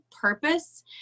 purpose